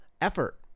effort